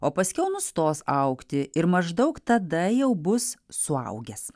o paskiau nustos augti ir maždaug tada jau bus suaugęs